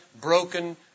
broken